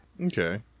Okay